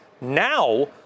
Now